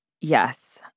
Yes